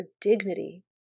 dignity